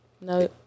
No